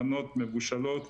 מנות מבושלות,